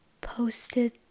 posted